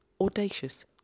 audacious